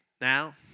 Now